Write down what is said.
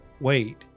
Wait